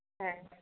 ꯑ